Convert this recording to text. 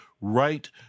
right